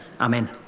Amen